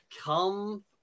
come